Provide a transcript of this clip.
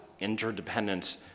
interdependence